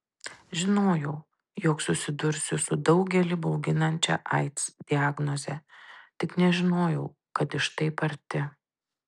žinojau jog susidursiu su daugelį bauginančia aids diagnoze tik nežinojau kad iš taip arti